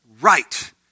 Right